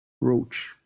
Roach